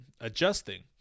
adjusting